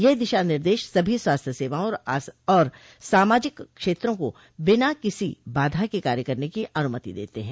ये दिशा निर्देश सभी स्वास्थ्य सेवाओं और सामाजिक क्षेत्रों को बिना किसी बाधा के कार्य करने की अनमति देते है